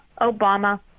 obama